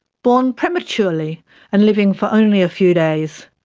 born prematurely and living for only a few days.